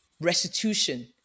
restitution